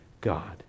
God